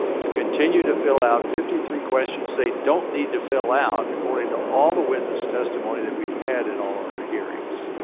to continue to fill out fifty three questions they don't need to fill out according to all the witness testimony that we've had at all our ah hearings?